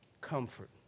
comfort